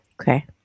Okay